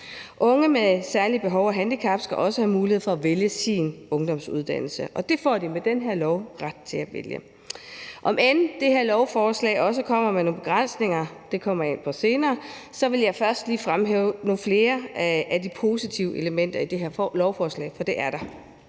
Unge med særlige behov og handicap skal også have mulighed for at vælge deres ungdomsuddannelse, og det får de med det her lovforslag ret til. Om end det her lovforslag også kommer med nogle begrænsninger – det kommer jeg ind på senere – vil jeg først lige fremhæve nogle flere af de positive elementer i det. For